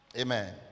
Amen